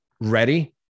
ready